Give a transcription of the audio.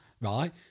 right